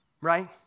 Right